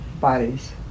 bodies